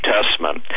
Testament